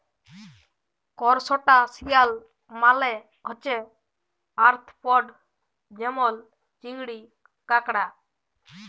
করসটাশিয়াল মালে হছে আর্থ্রপড যেমল চিংড়ি, কাঁকড়া